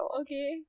Okay